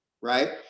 right